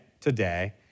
today